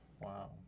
Wow